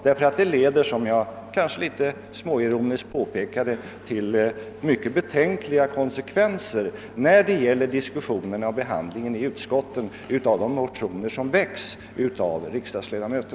Detta leder, som jag kanske litet ironiskt påpekade, till mycket betänkliga konsekvenser när det gäller diskussionen och behandlingen i utskotten av de motioner som väckts av riksdagens ledamöter.